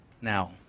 now